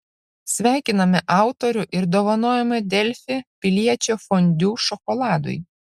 sveikiname autorių ir dovanojame delfi piliečio fondiu šokoladui